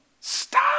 Stop